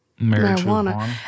marijuana